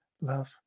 love